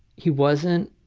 he wasn't